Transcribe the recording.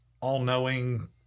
all-knowing